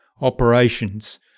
operations